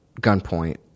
gunpoint